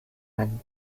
man